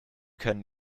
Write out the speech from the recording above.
können